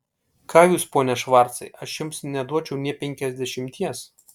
ką jūs pone švarcai aš jums neduočiau nė penkiasdešimties